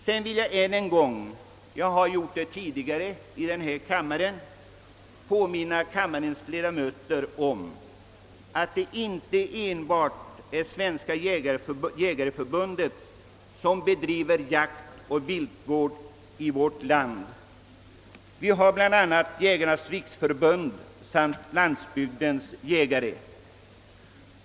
Sedan vill jag än en gång — jag har gjort det tidigare i denna kammare — påminna kammarens ledamöter om att det inte enbart är Svenska jägareförbundet som bedriver jaktoch viltvård i vårt land. Vi har bl.a. Jägarnas riksförbund samt Landsbygdens jägare.